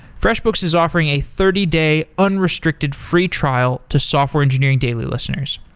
freshbooks is offering a thirty day unrestricted free trial to software engineering daily listeners.